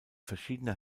verschiedene